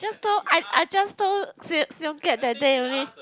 just told I I just told Siew Siew-Kiat that day only